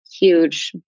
huge